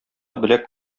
беләк